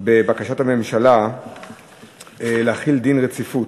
בבקשות הממשלה להחיל דין רציפות.